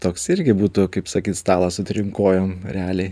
toks irgi būtų kaip sakyt stalas su trim kojom realiai